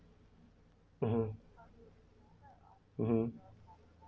mmhmm mmhmm